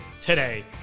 today